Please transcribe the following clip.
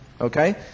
Okay